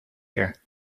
here